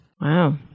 Wow